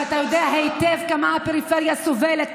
ואתה יודע היטב כמה הפריפריה סובלת,